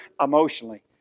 emotionally